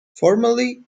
formally